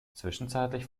zwischenzeitlich